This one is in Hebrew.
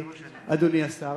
אדוני השר.